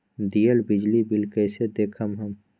दियल बिजली बिल कइसे देखम हम?